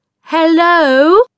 Hello